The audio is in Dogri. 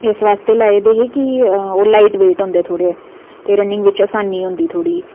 इस वास्तै ले दे हे कि ओह् लाइट वेट होंदे थोह्ड़े ते रनिंग बिच्च आसानी होंदी थोह्ड़ी